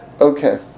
Okay